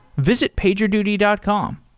visit pagerduty dot com.